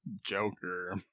Joker